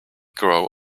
grow